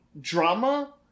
drama